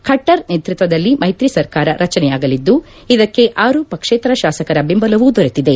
ಖಟ್ಸರ್ ನೇತ್ಪತ್ವದಲ್ಲಿ ಮೈತ್ರಿ ಸರ್ಕಾರ ರಚನೆಯಾಗಲಿದ್ದು ಇದಕ್ಕೆ ಆರು ಪಕ್ಷೇತರ ಶಾಸಕರ ಬೆಂಬಲವೂ ದೊರೆತಿದೆ